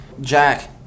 Jack